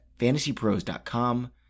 fantasypros.com